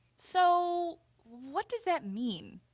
so what does that mean?